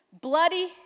bloody